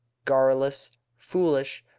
garrulous, foolish,